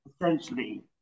essentially